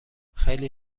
خیلی